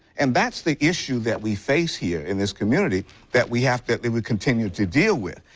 and that's the issue that we face here in this community that we have to that we continue to deal with.